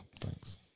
Thanks